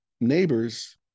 neighbors